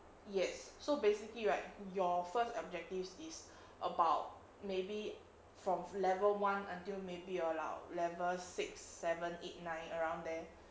yes so basically right your first objective is about maybe from level one until maybe about level six seven eight nine around there